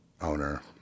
owner